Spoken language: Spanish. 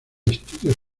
estudios